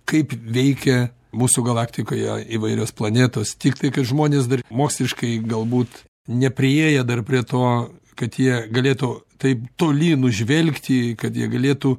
kaip veikia mūsų galaktikoje įvairios planetos tiktai kad žmonės dar moksliškai galbūt nepriėję dar prie to kad jie galėtų taip toli nužvelgti kad jie galėtų